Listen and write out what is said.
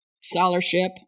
scholarship